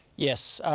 yes,